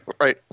right